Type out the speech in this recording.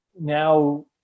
now